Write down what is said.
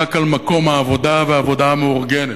מאבק על מקום העבודה והעבודה המאורגנת.